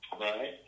right